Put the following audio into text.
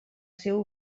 seu